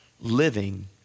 living